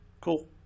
cool